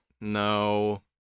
no